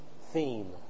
theme